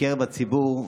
בקרב הציבור,